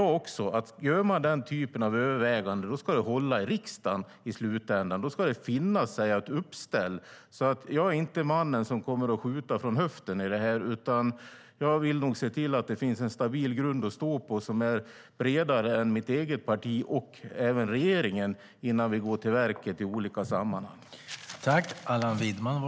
Gör man den typen av övervägande ska det hålla i riksdagen i slutändan; då ska det finnas en uppställning.